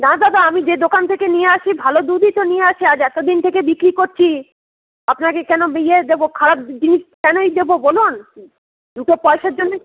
না দাদা আমি যে দোকান থেকে নিয়ে আসি ভালো দুধই তো নিয়ে আসি আজ এতদিন থেকে বিক্রি করছি আপনাকে কেন ইয়ে দেব খারাপ জিনিস কেনই দেব বলুন দুটো পয়সার জন্যই